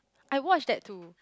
I watch that too